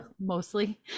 mostly